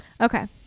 okay